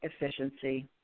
efficiency